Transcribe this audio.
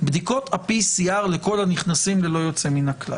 בדיקות ה-PCR לכל הנכנסים ללא יוצא מן הכלל.